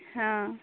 हँ